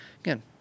Again